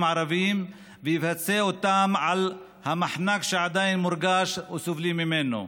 הערביים ושיפצה אותם על המחנק שעדיין מורגש וסובלים ממנו,